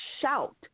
shout